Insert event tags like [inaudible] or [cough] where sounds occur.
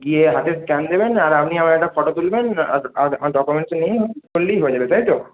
গিয়ে হাতের স্ক্যান দেবেন আর আপনি আমার একটা ফটো তুলবেন আর আর আর ডকুমেন্টসটা [unintelligible] করলেই হয়ে যাবে তাই তো